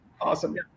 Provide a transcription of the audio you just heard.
Awesome